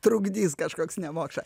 trukdys kažkoks nemokša